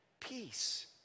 peace